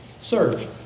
Serve